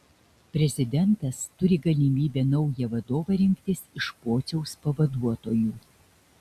prezidentas turi galimybę naują vadovą rinktis iš pociaus pavaduotojų